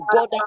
God